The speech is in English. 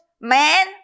man